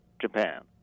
Japan